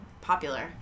popular